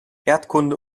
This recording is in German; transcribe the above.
erdkunde